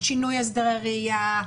שינוי הסדרי ראייה?